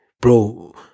Bro